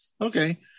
okay